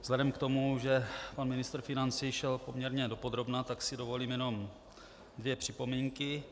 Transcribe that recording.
Vzhledem k tomu, že pan ministr financí šel poměrně dopodrobna, tak si dovolím jenom dvě připomínky.